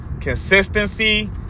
Consistency